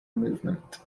movement